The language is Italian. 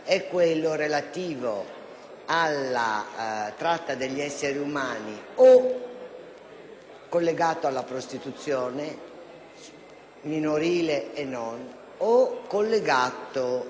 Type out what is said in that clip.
collegato o alla prostituzione minorile e non, o alla produzione pornografica e soprattutto pedopornografica.